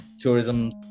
tourism